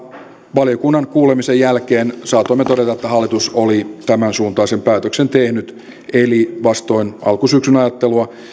valiokunnan kuulemisen jälkeen saatoimme todeta että hallitus oli tämänsuuntaisen päätöksen tehnyt eli vastoin alkusyksyn ajattelua